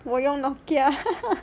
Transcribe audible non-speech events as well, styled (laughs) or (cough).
我用 nokia (laughs)